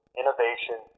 innovation